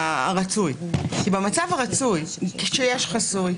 נקודת ההנחה היא שכאשר היורשים הם בגירים וכשירים,